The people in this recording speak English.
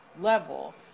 level